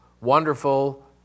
wonderful